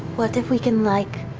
what if we can, like,